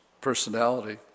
personality